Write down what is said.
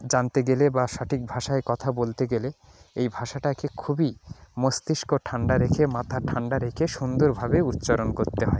জানতে গেলে বা সঠিক ভাষায় কথা বলতে গেলে এই ভাষাটাকে খুবই মস্তিষ্ক ঠান্ডা রেখে মাথা ঠান্ডা রেখে সুন্দরভাবে উচ্চারণ করতে হয়